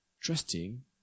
trusting